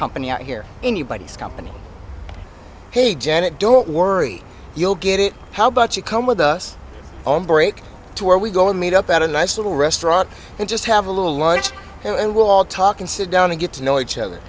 company out here anybody's company janet don't worry you'll get it how about you come with us on break to where we go and meet up at a nice little restaurant and just have a little lunch and we'll all talk and sit down and get to know each other